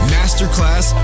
Masterclass